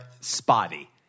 spotty